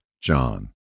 John